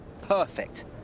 perfect